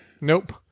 Nope